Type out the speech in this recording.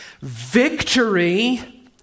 victory